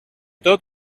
tot